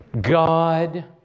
God